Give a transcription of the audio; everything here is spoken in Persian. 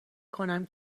کنم